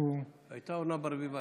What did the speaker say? הייתה אורנה ברביבאי.